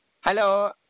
Hello